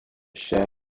shadow